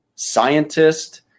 scientist